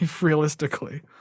Realistically